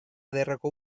ederreko